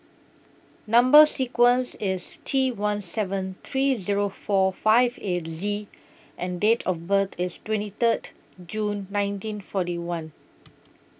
Number sequence IS T one seven three Zero four five eight Z and Date of birth IS twenty Third June nineteen forty one